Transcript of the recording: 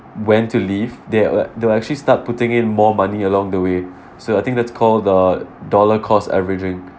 when to leave they li~ they'll actually start putting in more money along the way so I think that's called the dollar-cost averaging